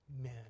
men